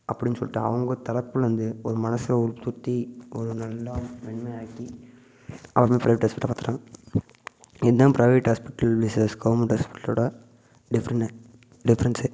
அப்படினு சொல்லிட்டு அவங்க தரப்புலருந்து ஒரு மனதில் ஒரு குத்தி ஒரு நல்லா மென்மையாக்கி அவங்க ப்ரைவேட் ஹாஸ்பிட்டலில் பார்த்துறாங்க இதுதான் ப்ரைவேட் ஹாஸ்பிட்டல் வெஸ்ஸஸ் கவுர்மெண்ட் ஹாஸ்பிட்டலோடய டிஃப்ரெண்ட்டே டிஃப்ரெண்ட்ஸ்